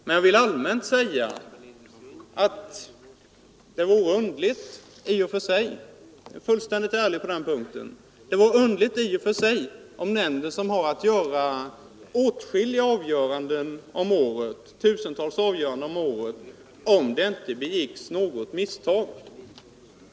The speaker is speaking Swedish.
Men helt allmänt vill jag säga att det vore i och för sig underligt — och jag är helt ärlig på den punkten — om nämnden, som har att fatta över tusen avgöranden om året, inte begick något misstag.